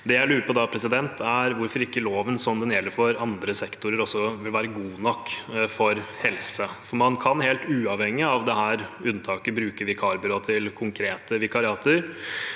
hvorfor ikke loven slik den gjelder for andre sektorer, også vil være god nok for helse. Man kan, helt uavhengig av dette unntaket, bruke vikarbyråer til konkrete vikariater.